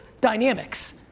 dynamics